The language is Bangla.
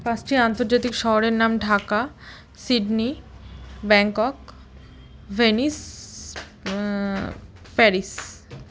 পাঁচটি আন্তর্জাতিক শহরের নাম Dhaka Sydney Bangkok Venice Paris